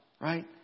Right